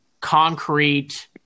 concrete